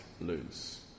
lose